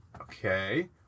Okay